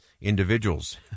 individuals